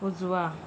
उजवा